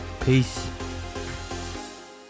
Peace